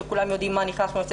שכולם יודעים מה נכנס ומה יוצא.